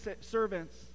servants